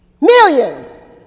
millions